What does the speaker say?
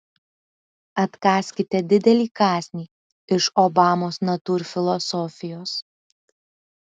atkąskite didelį kąsnį iš obamos natūrfilosofijos